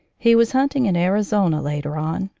he was hunting in arizona later on.